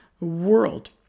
world